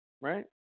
Right